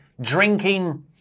drinking